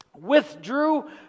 withdrew